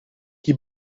chi